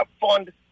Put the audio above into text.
fund